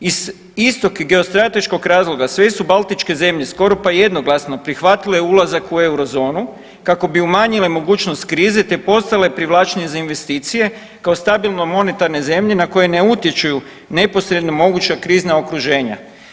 Iz istog geostrateškog razloga sve su baltičke zemlje skoro pa jednoglasno prihvatile ulazak u euro zonu kako bi umanjile mogućnost krize, te postale privlačnije za investicije kao stabilno monetarne zemlje na koje ne utječu neposredno moguća krizna okruženja.